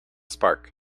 spark